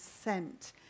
sent